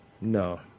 No